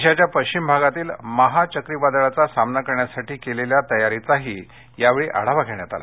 देशाच्या पश्विम भागातील माहा चक्रीवादळाचा सामना करण्यासाठी केलेल्या तयारीचाही यावेळी आढावा घेण्यत आला